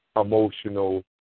emotional